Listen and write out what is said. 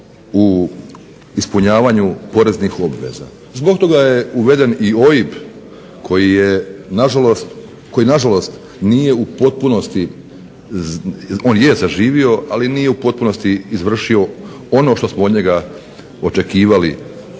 u ispunjavanju poreznih obveza. Zbog toga je uveden i OIB koji nažalost nije u potpunosti, on je zaživo, ali nije u potpunosti izvršio ono što smo od njega očekivali